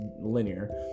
linear